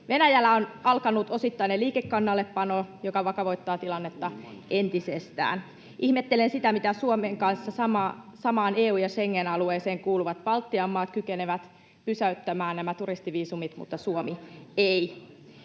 Venäjällä on alkanut osittainen liikekannallepano, joka vakavoittaa tilannetta entisestään. Ihmettelen sitä, miten Suomen kanssa samaan EU‑ ja Schengen-alueeseen kuuluvat Baltian maat kykenevät pysäyttämään nämä turistiviisumit mutta Suomi ei,